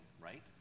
right